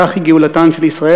"כך היא גאולתן של ישראל,